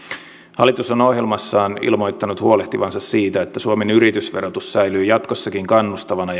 hallitus on ohjelmassaan ilmoittanut huolehtivansa siitä että suomen yritysverotus säilyy jatkossakin kannustavana